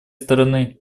стороны